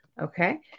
Okay